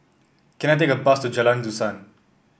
can I take a bus to Jalan Dusan